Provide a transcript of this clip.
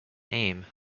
aim